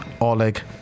Oleg